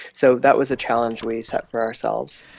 so that was a challenge we set for ourselves.